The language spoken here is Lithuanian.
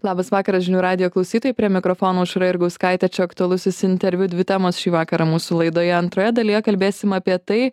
labas vakaras žinių radijo klausytojai prie mikrofono aušra jurgauskaitė čia aktualusis interviu dvi temos šį vakarą mūsų laidoje antroje dalyje kalbėsim apie tai